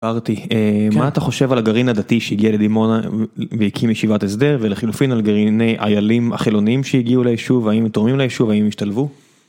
מה אתה חושב על הגרעין הדתי שהגיע לדימונה והקים ישיבת הסדר ולחילופין על גרעיני איילים החילוניים שהגיעו ליישוב האם הם תורמים ליישוב? האם משתלבו?